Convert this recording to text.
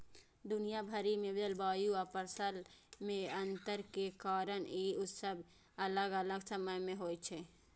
दुनिया भरि मे जलवायु आ फसल मे अंतर के कारण ई उत्सव अलग अलग समय मे होइ छै